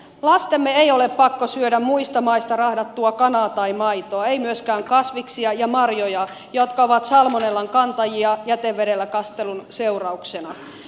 lastemme ei ole pakko syödä muista maista rahdattua kanaa tai maitoa ei myöskään kasviksia ja marjoja jotka ovat salmonellan kantajia jätevedellä kastelun seurauksena